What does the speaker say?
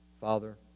Father